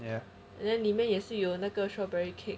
then 里面也是有那个 strawberry cake